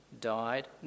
died